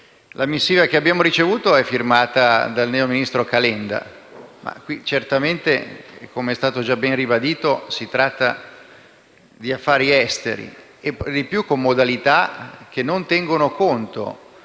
La missiva che abbiamo ricevuto è firmata dal neo ministro Calenda, ma qui certamente, come è già stato ribadito, si tratta di affari esteri e per di più con modalità che non tengono conto